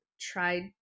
tried